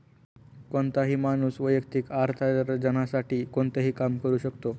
कोणताही माणूस वैयक्तिक अर्थार्जनासाठी कोणतेही काम करू शकतो